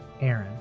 Aaron